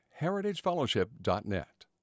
heritagefellowship.net